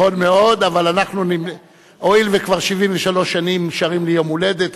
"היום יום הולדת".